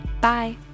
Bye